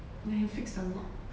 when he fix the lock